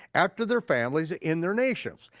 after their families, in their nations.